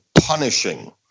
punishing